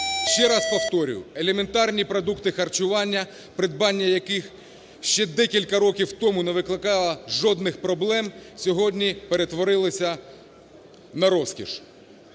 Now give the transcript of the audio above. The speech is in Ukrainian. Ще раз повторюю, елементарні продукти харчування, придбання яких ще декілька років тому не викликало жодних проблем, сьогодні перетворилися на розкіш.